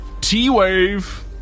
T-Wave